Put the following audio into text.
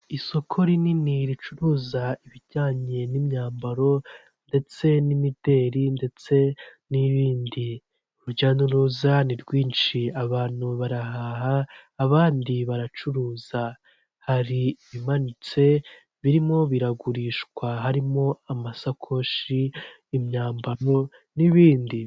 Isoko rinini ricuruza ibijyanye n'imyambaro ndetse n'imideri ndetse n'ibndi. Urujya n'uruza ni rwinshi abantu baraha abandi baracuruza hari ibimanitse birimo biragurishwa harimo amasakoshi, imyambaro n'ibindi.